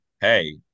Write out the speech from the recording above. Hey